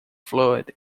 fluid